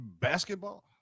basketball